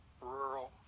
rural